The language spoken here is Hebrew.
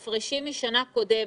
הפרשים משנה קודמת,